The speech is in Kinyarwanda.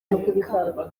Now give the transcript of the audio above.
ikaba